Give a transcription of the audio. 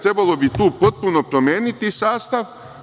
Trebalo bi tu potpuno promeniti sastav.